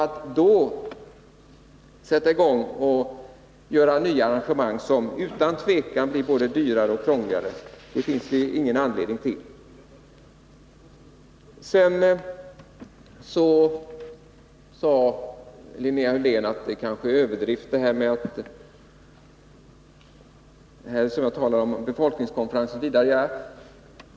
Att då sätta i gång och göra nya arrangemang som utan tvekan blir både dyrare och krångligare, finns det ingen anledning till. Sedan sade Linnea Hörlén att jag kanske överdrev, när jag talade om vad som förevarit på befolkningskonferensen.